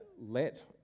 let